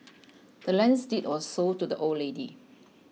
the land's deed was sold to the old lady